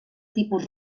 tipus